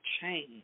change